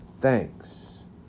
thanks